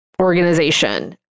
organization